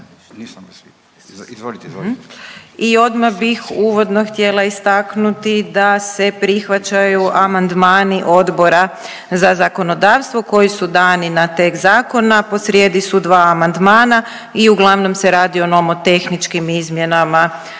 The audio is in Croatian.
I odmah bih uvodno htjela istaknuti da se prihvaćaju amandmani Odbora za zakonodavstvo koji su dani na tekst zakona. Posrijedi su dva amandmana i uglavnom se radi o nomotehničkim izmjenama